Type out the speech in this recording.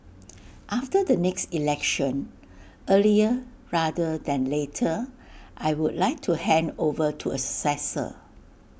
after the next election earlier rather than later I would like to hand over to A successor